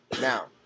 Now